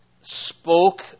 spoke